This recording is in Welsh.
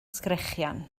sgrechian